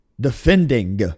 defending